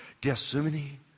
gethsemane